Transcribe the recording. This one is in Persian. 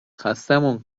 خستهمون